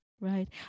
Right